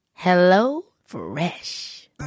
HelloFresh